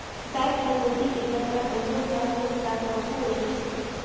bank डकैती के घटना कहियो काल हिंसात्मको हो जाइ छइ